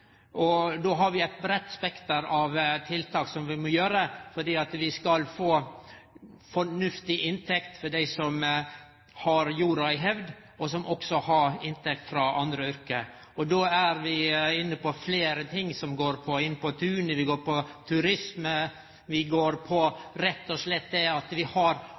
Og dette er den typen debatt vi har her i dag: Kva slags element kan liggje i den tilrettelegginga vi skal gjere for kombinasjonsbruket? Vi har eit breitt spekter av tiltak vi må gjere for å få ei fornuftig inntekt for dei som har jorda i hevd og som også har inntekt frå andre yrke. Og då er vi inne på fleire ting som gjeld Inn på tunet: Det går på turisme, det går